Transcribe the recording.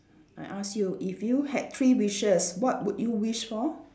I ask you if you had three wishes what would you wish for